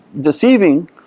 deceiving